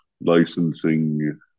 licensing